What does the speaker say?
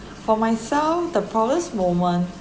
for myself the proudest moment